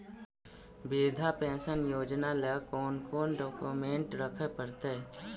वृद्धा पेंसन योजना ल कोन कोन डाउकमेंट रखे पड़तै?